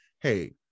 hey